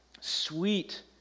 Sweet